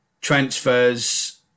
transfers